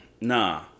Nah